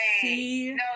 see